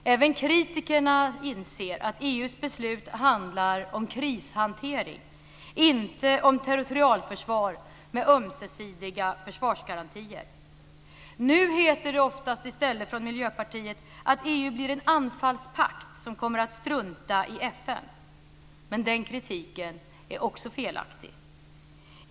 Även kritikerna inser att EU:s beslut handlar om krishantering, inte om territorialförsvar med ömsesidiga försvarsgarantier. Nu heter det oftast i stället från Miljöpartiet att EU blir en anfallspakt som kommer att strunta i FN. Men den kritiken är också felaktig.